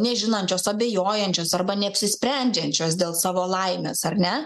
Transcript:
nežinančios abejojančios arba neapsisprendžiančios dėl savo laimės ar ne